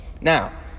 Now